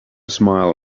smiled